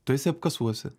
tu esi apkasuose